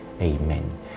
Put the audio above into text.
Amen